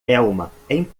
empresa